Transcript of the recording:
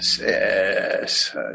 Yes